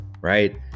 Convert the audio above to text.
right